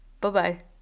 bye-bye